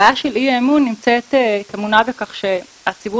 הבעיה של אי אמון טמונה בכך שהציבור